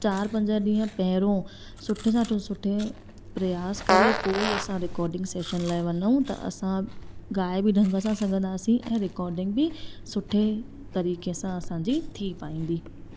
चारि पंज ॾींहं पहिरियों सुठे सां ठो सुठे प्रयास करे पोइ ई असां रिकॉडिंग सैशन लाइ वञूं त असां ॻाए बि ढंग सां सघंदासी ऐं रिकॉर्डिंग बि सुठे तरीक़े सां असांजी थी पाईंदी